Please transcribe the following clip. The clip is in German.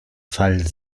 fall